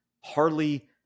hardly